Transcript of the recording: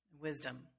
wisdom